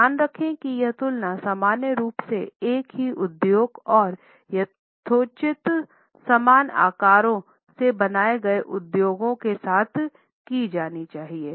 ध्यान रखें कि यह तुलना सामान्य रूप से एक ही उद्योग और यथोचित समान आकारों से बनाए गए उद्योग के साथ की जानी चाहिए